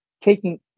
taking